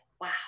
wow